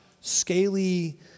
scaly